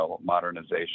modernization